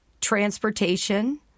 transportation